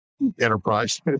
enterprise